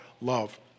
love